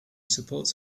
supports